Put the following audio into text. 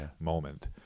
Moment